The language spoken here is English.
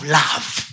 love